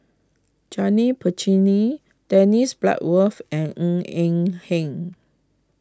Janil Puthucheary Dennis Bloodworth and Ng Eng Hen